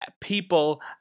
people